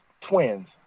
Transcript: twins